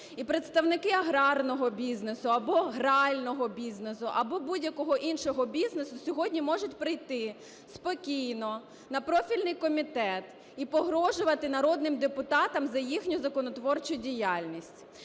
І представники аграрного бізнесу або грального бізнесу, або будь-якого іншого бізнесу сьогодні можуть прийти спокійно на профільний комітет і погрожувати народним депутатам за їхню законотворчу діяльність.